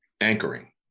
anchoring